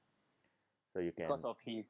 so you can